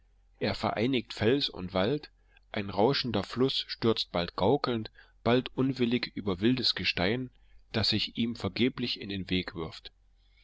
er vereinigt fels und wald ein rauschender fluß stürzt bald gaukelnd bald unwillig über wildes gestein das sich ihm vergeblich in den weg wirft